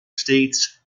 states